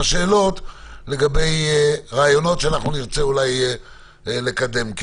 שאלות לגבי רעיונות שנרצה אולי לקדם.